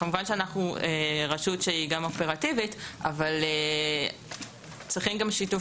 כמובן שאנחנו רשות שהיא גם אופרטיבית אבל צריכים גם שיתוף